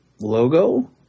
logo